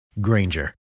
Granger